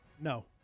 No